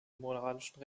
moralischen